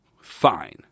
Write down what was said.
Fine